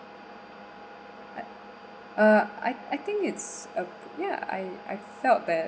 I uh I I think it's uh ya ya I felt that